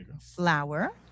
flour